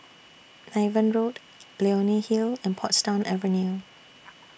Niven Road Leonie Hill and Portsdown Avenue